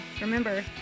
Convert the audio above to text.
Remember